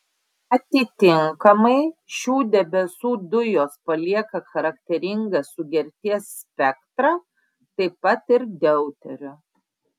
atitinkamai šių debesų dujos palieka charakteringą sugerties spektrą taip pat ir deuterio